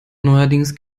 neuerdings